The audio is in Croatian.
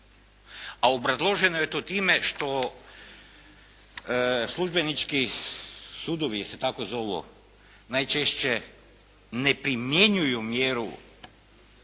a obrazloženo je to time što službenički sudovi, se tako zovu, najčešće ne primjenjuju mjeru